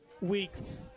weeks